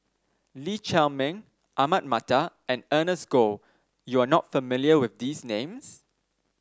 Lee Chiaw Meng Ahmad Mattar and Ernest Goh you are not familiar with these names